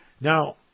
Now